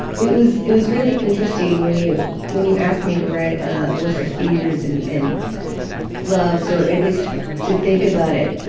it was it was really interesting when you when you asked me to write a list of fears and and loves, or at least to think about it.